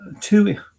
Two